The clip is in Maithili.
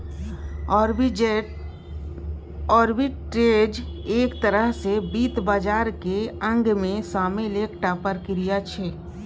आर्बिट्रेज एक तरह सँ वित्त बाजारक अंगमे शामिल एकटा प्रक्रिया छै